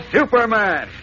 Superman